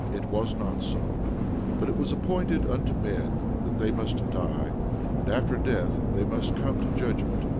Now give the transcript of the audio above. it was not so but it was appointed unto men that they must die and after death, they must come to judgment,